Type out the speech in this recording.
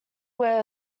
were